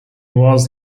was